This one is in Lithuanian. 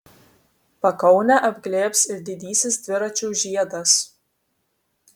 pakaunę apglėbs ir didysis dviračių žiedas